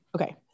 Okay